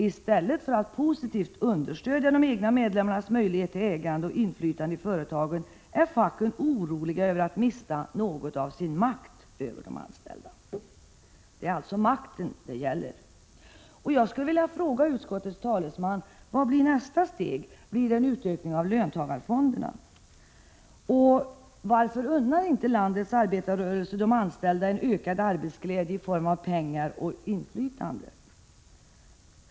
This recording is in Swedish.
I stället för att positivt understödja de egna medlemmarnas möjligheter till ägande och inflytande i företagen är facken oroliga över att mista något av sin makt över de anställda. Det är alltså makten det gäller. Jag skulle vilja fråga utskottets talesman: Vad blir nästa steg? Blir det en utökning av löntagarfonderna? Varför unnar inte landets arbetarrörelse de anställda en ökad arbetsglädje i form av pengar och inflytande?